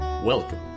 Welcome